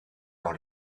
dans